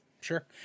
sure